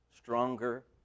stronger